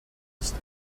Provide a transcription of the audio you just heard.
ist